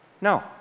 No